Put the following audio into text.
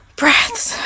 breaths